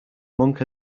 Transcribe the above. monk